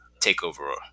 takeover